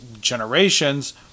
generations